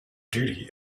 duty